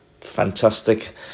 fantastic